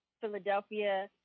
Philadelphia